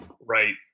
right